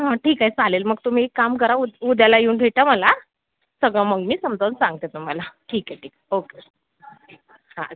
हा ठीक आहे चालेल मग तुम्ही एक काम करा उ उद्याला येऊन भेटा मला सगळं मग मी समजावून सांगते तुम्हाला ठीक आहे ठीक आहे ओके हा